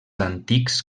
antics